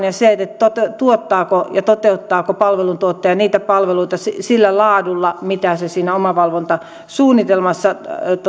ja sitä tuottaako ja toteuttaako palveluntuottaja niitä palveluita sillä laadulla mitä se siinä omavalvontasuunnitelmassa